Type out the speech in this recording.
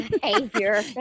behavior